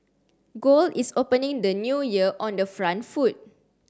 gold is opening the new year on the front foot